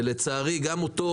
ולצערי גם אותו,